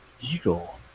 eagle